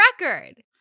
record